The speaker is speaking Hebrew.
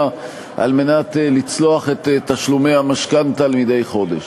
על מנת לצלוח את תשלומי המשכנתה מדי חודש.